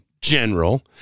general